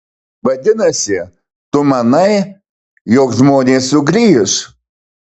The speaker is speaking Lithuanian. vadinasi tu manai jog žmonės sugrįš